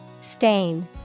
stain